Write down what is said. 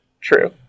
True